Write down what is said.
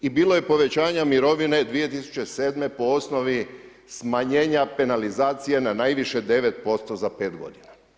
I bilo je povećanja mirovine 2007. po osnovi smanjenja penalizacije na najviše 9% za 5 godina.